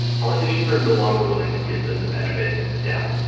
politicians are no longer willing to give them the benefit of the doubt